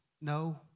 No